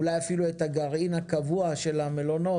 אולי אפילו את הגרעין הקבוע של המלונות,